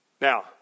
Now